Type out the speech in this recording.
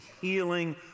healing